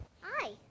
Hi